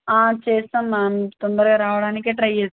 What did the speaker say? చేస్తాం మ్యామ్ తొందరగా రావడానికి ట్రై చే